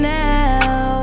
now